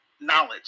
knowledge